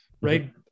right